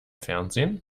fernsehen